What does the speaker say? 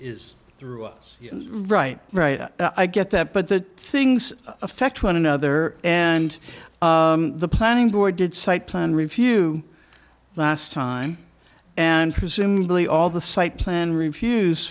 is through us right right i get that but that things affect one another and the planning board did site plan review last time and presumably all the site plan re